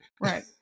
Right